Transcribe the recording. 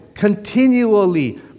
Continually